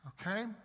Okay